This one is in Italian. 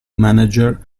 manager